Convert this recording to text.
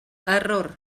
error